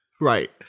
right